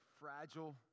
fragile